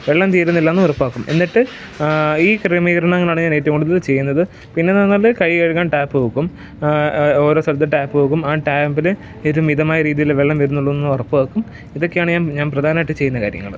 വെള്ളം തീരുന്നില്ലെന്ന് ഉറപ്പാക്കും എന്നിട്ട് ഈ ക്രമീകരണങ്ങളാണ് ഞാൻ ഏറ്റവും കൂടുതൽ ചെയ്യുന്നത് പിന്നെ വന്നിട്ട് കൈ കഴുകാൻ ട്ടാപ്പ് വെക്കും ഓരോ സ്ഥലത്തും ട്ടാപ്പ് വെക്കും ആ ട്ടാപ്പിൽ ഒരു മിതമായ രീതിയിൽ വെള്ളം വരുന്നുണ്ടോ എന്ന് ഉറപ്പാക്കും ഇതൊക്കെയാണ് ഞാൻ പ്രധാനമായിട്ടും ചെയ്യുന്ന കാര്യങ്ങൾ